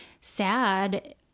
sad